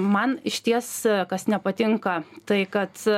man išties kas nepatinka tai kad